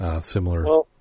similar